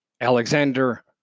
Alexander